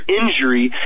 injury